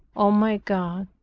o my god,